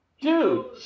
dude